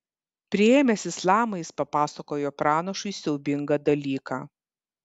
priėmęs islamą jis papasakojo pranašui siaubingą dalyką